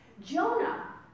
Jonah